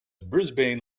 brisbane